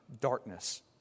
darkness